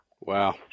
Wow